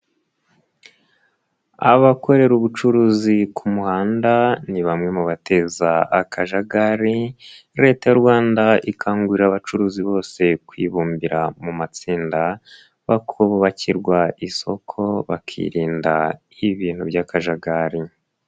Abakorera ubucuruzi ku muhanda ni bamwe mu bateza akajagari, leta y'u Rwanda ikangurira abacuruzi bose kwibumbira mu matsinda bakubakirwa isoko, bakirinda ibintu by'akajagari.